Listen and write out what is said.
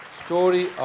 story